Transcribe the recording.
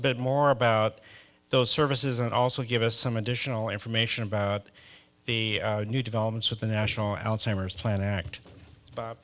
bit more about those services and also give us some additional information about the new developments with the national alzheimer's plan act